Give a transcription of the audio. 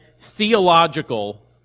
theological